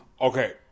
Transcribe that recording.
Okay